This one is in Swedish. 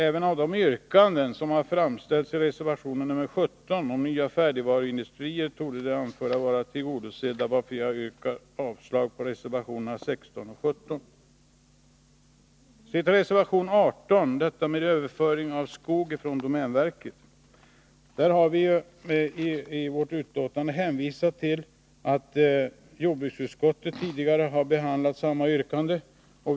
Även de yrkanden som framställs i reservation 17 om nya färdigvaruindustrier torde med det anförda vara tillgodosedda, varför jag yrkar avslag på reservationerna 16 och 17. I fråga om reservation 18 om överföring av skog från domänverket har vi framhållit att jordbruksutskottet tidigare har behandlat samma yrkande.